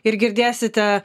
ir girdėsite